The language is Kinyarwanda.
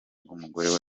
umugore